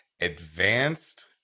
advanced